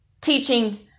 teaching